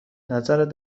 نظرت